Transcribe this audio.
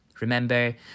Remember